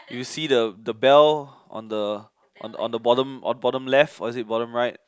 do you see the the bell on the on the bottom on the bottom left or is it bottom right